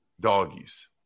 doggies